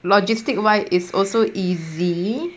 logistic wise is also easy